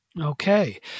Okay